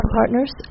partners